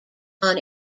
upon